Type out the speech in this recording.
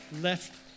left